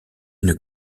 une